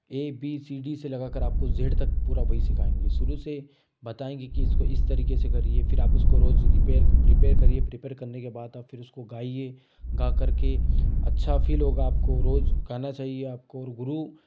ए B C D से लगाकर आपको ज़ेड तक पूरा वही सिखाएँगे शुरू से बताएँगे कि इसको इस तरीके से करिए फिर आप उसको रोज रिपेयर प्रिपेयर करिए प्रिपेयर करने के बाद आप फिर उसको गाइए गाकर के अच्छा फील होगा आपको रोज गाना चाहिए आपको और गुरू